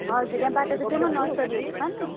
हजुर यहाँ बाटाको छेउमा नर्सरीहरू छ नि